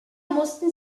mussten